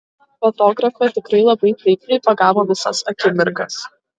fotografė tikrai labai taikliai pagavo visas akimirkas